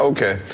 Okay